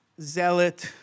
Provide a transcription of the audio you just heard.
zealot